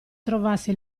trovasse